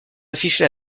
afficher